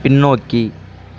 பின்னோக்கி